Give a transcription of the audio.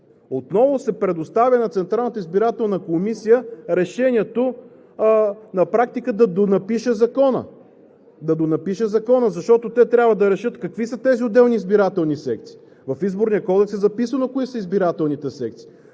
комисия се предоставя решението на практика да донапише Закона, защото те трябва да решат какви са тези отделни избирателни секции. В Изборния кодекс е записано кои са избирателните секции.